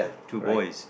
two boys